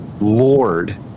Lord